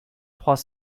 trois